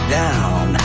down